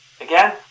Again